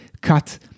cut